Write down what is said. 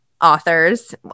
authors